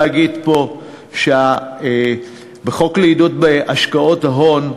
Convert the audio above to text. אני יכול להגיד פה שבחוק לעידוד השקעות הון,